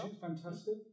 Fantastic